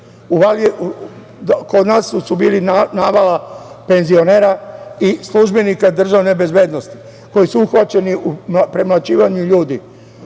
kod nas je bila navala penzionera i službenika državne bezbednosti koji su uhvaćeni u premlaćivanju ljudi,